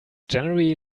generally